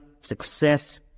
success